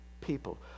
people